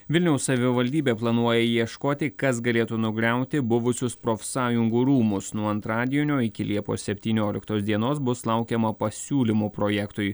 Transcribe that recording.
vilniaus savivaldybė planuoja ieškoti kas galėtų nugriauti buvusius profsąjungų rūmus nuo antradienio iki liepos septynioliktos dienos bus laukiama pasiūlymų projektui